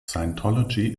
scientology